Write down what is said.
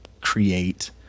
create